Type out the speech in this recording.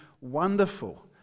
wonderful